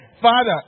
Father